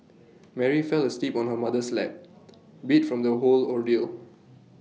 Mary fell asleep on her mother's lap beat from the whole ordeal